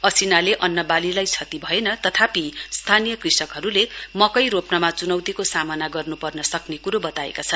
असिनाले अन्नबालीलाई क्षति भएन तथापि स्थानीय कृषकहरूले मकै रोप्रमा चनौतीको सामना गर्नु पर्न सक्ने कुरो बताएका छन्